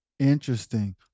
Interesting